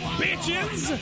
bitches